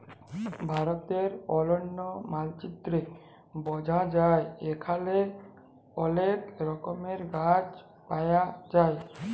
ভারতের অলন্য মালচিত্রে বঝা যায় এখালে অলেক রকমের গাছ পায়া যায়